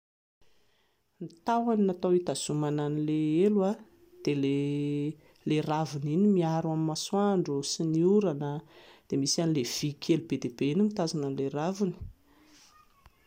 Ny tahony natao hitazomana an'ilay elo, dia ilay raviny iny miaro amin'ny masoandro sy ny orana, dia misy an'ilay vy kely be dia be iny mitazona an'ilay raviny